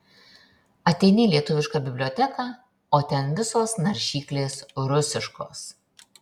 ateini į lietuviška biblioteką o ten visos naršyklės rusiškos